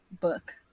book